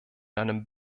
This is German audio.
einem